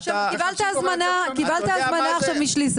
קיבלת הזמנה משליסל.